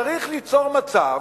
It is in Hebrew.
צריך ליצור מצב